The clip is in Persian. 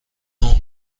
اون